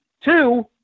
Two